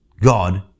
God